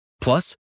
Plus